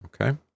Okay